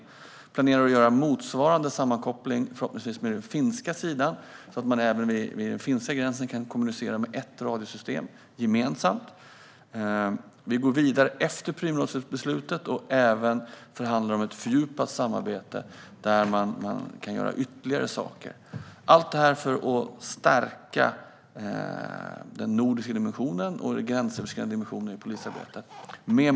Vi planerar att göra motsvarande sammankoppling med den finska sidan så att man även vid den finska gränsen kan kommunicera med ett gemensamt radiosystem. Vi går vidare efter Prümrådsbeslutet och förhandlar om ett fördjupat samarbete, där man kan göra ytterligare saker. Allt detta görs för att stärka den nordiska dimensionen och den gränsöverskridande dimensionen i polisarbetet.